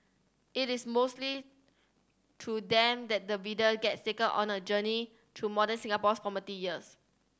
it is mostly through them that the reader gets taken on a journey through modern Singapore's formative years